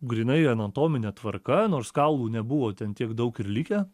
grynai anatomine tvarka nors kaulų nebuvo ten tiek daug ir likę